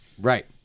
right